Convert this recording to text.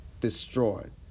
destroyed